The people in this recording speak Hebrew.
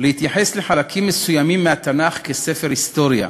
להתייחס לחלקים מסוימים מהתנ"ך כספר היסטוריה.